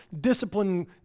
discipline